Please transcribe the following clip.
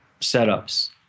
setups